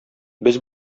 без